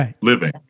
living